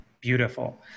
Beautiful